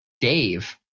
dave